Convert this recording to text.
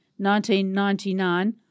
1999